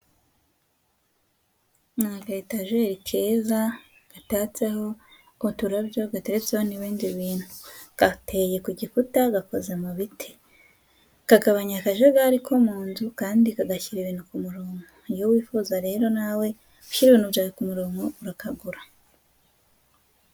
Ni aka etajeri keza yatatseho uturabyo gateretseho n'ibindi bintu gateye ku gikuta gakoze mu biti kagabanya akajagari ko mu nzu kandi kagashyira ibintu ku murongo iyo wifuza rero nawe gushyira ibintu byawe ku murongo urakagura.